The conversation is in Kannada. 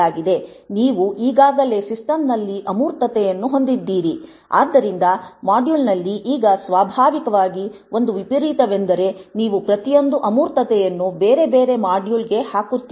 ನೀವು ಈಗಾಗಲೇ ಸಿಸ್ಟಂನಲ್ಲಿ ಅಮೂರ್ತತೆಯನ್ನು ಹೊಂದಿದ್ದೀರಿ ಆದ್ದರಿಂದ ಮಾಡ್ಯೂಲ್ನಲ್ಲಿ ಈಗ ಸ್ವಾಭಾವಿಕವಾಗಿ ಒಂದು ವಿಪರೀತವೆಂದರೆ ನೀವು ಪ್ರತಿಯೊಂದು ಅಮೂರ್ತತೆಯನ್ನು ಬೇರೆ ಬೇರೆ ಮಾಡ್ಯೂಲ್ಗೆ ಹಾಕುತ್ತೀರಿ